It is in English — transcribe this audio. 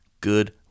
good